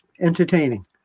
entertaining